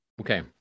Okay